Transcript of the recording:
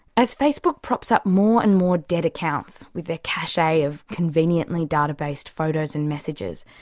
as facebook props up more and more dead accounts with their cache of conveniently databased photos and messages,